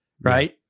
right